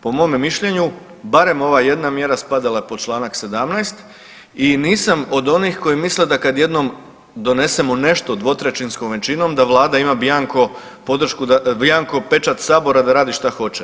Po mome mišljenju, barem ova jedna mjera spadala je pod čl. 17. i nisam od onih koji misle da kad jednom donesemo nešto dvotrećinskom većinom da Vlada ima bjanko podršku, bjanko pečat Sabora da radi šta hoće.